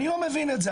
אני לא מבין את זה,